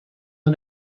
the